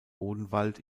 odenwald